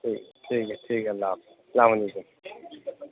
ٹھیک ٹھیک ہے ٹھیک ہے اللہ حفظ السلام علیکم